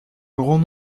grand